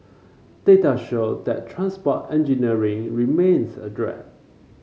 data showed that transport engineering remains a drag